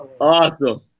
Awesome